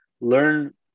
learn